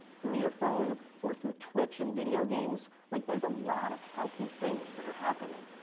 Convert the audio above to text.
through your phone or through twitch and video games. like there's a lot of healthy things that are happening.